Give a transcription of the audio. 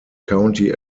county